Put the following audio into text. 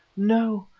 no,